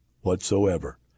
whatsoever